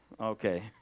Okay